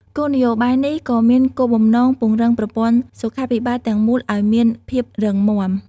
គោលនយោបាយនេះក៏មានគោលបំណងពង្រឹងប្រព័ន្ធសុខាភិបាលទាំងមូលឱ្យមានភាពរឹងមាំ។